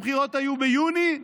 הבחירות היו ביוני,